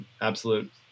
absolute